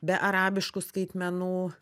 be arabiškų skaitmenų